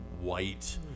white